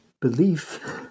belief